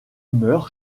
meurt